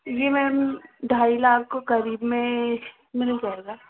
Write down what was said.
जी ma'am ढ़ाई लाख करीब में मिल जाएगा